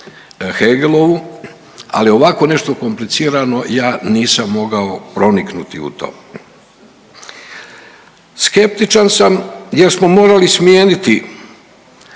Hegelovu, ali ovako nešto komplicirano ja nisam mogao proniknuti u to. Skeptičan sam jer smo morali smijeniti